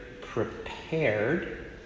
prepared